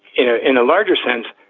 in ah in a larger sense,